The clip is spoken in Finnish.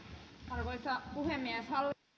arvoisa puhemies